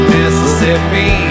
Mississippi